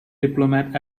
diplomat